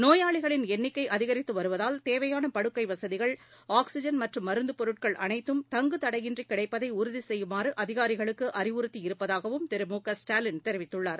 நோயாளிகளின் எண்ணிக்கை அதிகரித்து வருவதால் தேவையான படுக்கை வசதிகள் ஆக்சிஜன் மற்றும் மருந்து பொருட்கள் அனைத்தும் தங்குதடையின்றி கிடைப்பதை உறுதி செய்யுமாறு அதிகாரிகளுக்கு அறிவுறுத்தியிருப்பதாகவும் திரு மு க ஸ்டாலின் தெரிவித்துள்ளார்